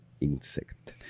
insect